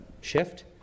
shift